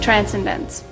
Transcendence